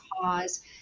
cause